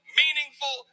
meaningful